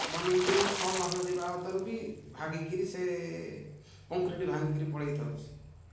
ବନେକରି ଛଅ ମାସ ଯିବା ଉତାରୁ ବି ଭାଙ୍ଗିକିରି ସେ କଂକ୍ରିଟ୍ ଭାଙ୍ଗିକିରି ପଳେଇ ଥାଉଛି